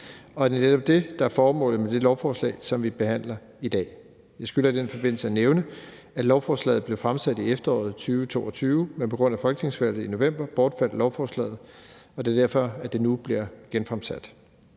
Og det er netop det, der er formålet med det lovforslag, som vi behandler i dag. Jeg skylder i den forbindelse at nævne, at lovforslaget blev fremsat i efteråret 2022, men på grund af folketingsvalget i november bortfaldt lovforslaget, og det er derfor, at det nu bliver genfremsat.